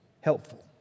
helpful